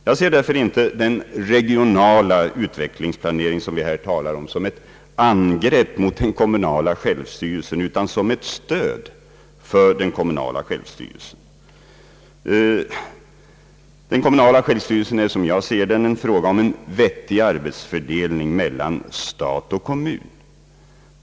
Jag ser därför inte den regionala utvecklingsplaneringen som ett angrepp mot den kommunala självstyrelsen utan som ett stöd för denna. Den kommunala självstyrelsen är som jag ser den en fråga om en vettig arbetsfördelning mellan stat och kommun.